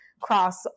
cross